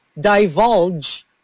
divulge